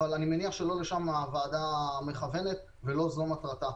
אבל אני מניח שלא לשם הוועדה מכוונת ולא זו מטרתה.